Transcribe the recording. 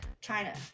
China